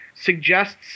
suggests